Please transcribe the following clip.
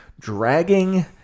dragging